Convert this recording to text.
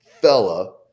fella